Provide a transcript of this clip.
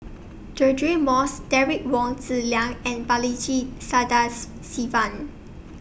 Deirdre Moss Derek Wong Zi Liang and Balaji Sadas Sivan